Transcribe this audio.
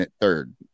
Third